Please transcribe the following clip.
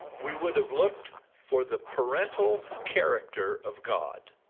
we would have looked for the parental character of god,